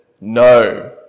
no